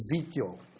Ezekiel